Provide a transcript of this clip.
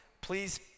please